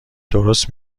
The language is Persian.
درست